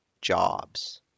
jobs